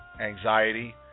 anxiety